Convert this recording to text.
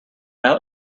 out